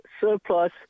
surplus